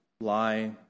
lie